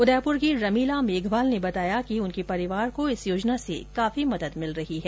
उदयपुर की रमीला मेघवाल ने बताया कि उनके परिवार को इस योजना से काफी मदद मिल रही है